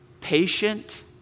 patient